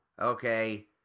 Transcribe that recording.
okay